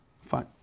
Fine